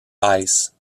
ice